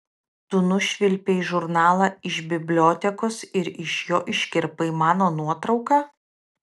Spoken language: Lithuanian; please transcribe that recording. tu nušvilpei žurnalą iš bibliotekos ir iš jo iškirpai mano nuotrauką